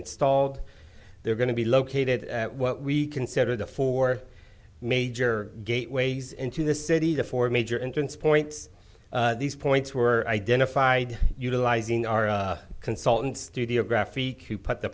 installed they're going to be located at what we consider the four major gateways into the city the four major intern's points these points were identified utilizing our consultant studio graphic you put the